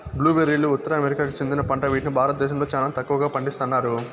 blue బెర్రీలు ఉత్తర అమెరికాకు చెందిన పంట వీటిని భారతదేశంలో చానా తక్కువగా పండిస్తన్నారు